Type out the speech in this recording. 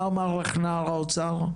מה אמר לך נער האוצר?